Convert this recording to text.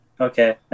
okay